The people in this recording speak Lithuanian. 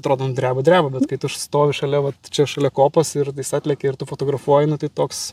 atrodom dreba dreba bet kai stovi šalia vat čia šalia kopos ir dais atlekia ir tu fotografuoji nu tai toks